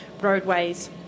roadways